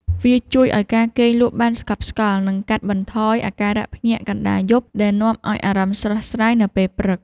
វាជួយឱ្យការគេងលក់បានស្កប់ស្កល់ និងកាត់បន្ថយអាការៈភ្ញាក់កណ្ដាលយប់ ដែលនាំឱ្យអារម្មណ៍ស្រស់ស្រាយនៅពេលព្រឹក។